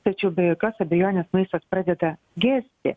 tačiau be jokios abejonės maistas pradeda gesti